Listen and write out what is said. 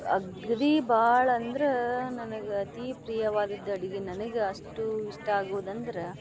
ಅಗ್ದಿ ಭಾಳಂದ್ರ ನನಗೆ ಅತೀ ಪ್ರಿಯವಾದ ಅಡಿಗೆ ನನಗೆ ಅಷ್ಟು ಇಷ್ಟ ಆಗುದಂದ್ರೆ